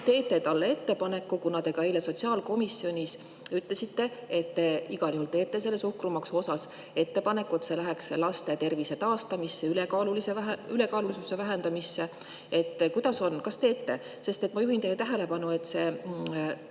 teete talle ettepaneku – te eile sotsiaalkomisjonis ütlesite, et te igal juhul teete suhkrumaksu puhul ettepaneku –, et see läheks laste tervise taastamisse, ülekaalulisuse vähendamisse. Kuidas on, kas teete? Ma juhin teie tähelepanu, et see